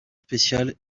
spéciale